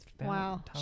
wow